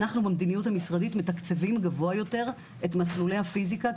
אנחנו במדיניות המשרדית מתקצבים גבוה יותר את מסלולי הפיזיקה,